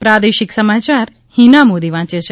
પ્રાદેશિક સમાચાર હીના મોદી વાંચ છે